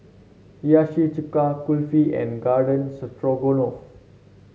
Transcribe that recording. Hiyashi Chuka Kulfi and Garden Stroganoff